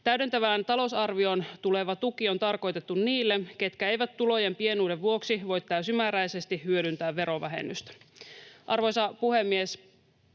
Täydentävään talousarvioon tuleva tuki on tarkoitettu niille, ketkä eivät tulojen pienuuden vuoksi voi täysimääräisesti hyödyntää verovähennystä. Arvoisa puhemies!